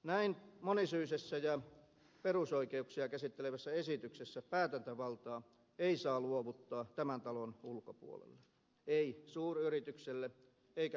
näin monisyisessä ja perusoikeuksia käsittelevässä esityksessä päätäntävaltaa ei saa luovuttaa tämän talon ulkopuolelle ei suuryritykselle eikä korporaatiolle